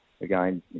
again